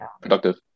Productive